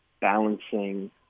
balancing